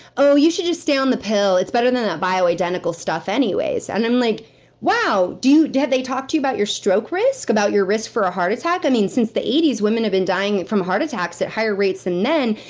oh, you should just stay on the pill. it's better than that bioidentical stuff anyways. and i'm like wow. have they talked to you about your stroke risk, about your risk for a heart attack? i mean, since the eighty s, women have been dying from heart attacks at higher rates than men.